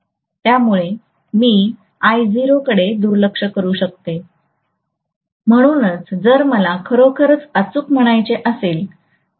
त्यामुळेच मी I0 कडे दुर्लक्ष करू शकते म्हणूनच जर मला खरोखरच अचूक म्हणायचे असेल